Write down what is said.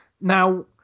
now